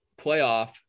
playoff